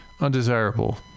undesirable